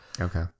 Okay